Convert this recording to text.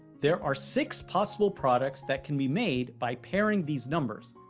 there are six possible products that can be made by pairing these numbers.